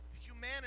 humanity